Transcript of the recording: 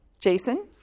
Jason